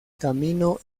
camino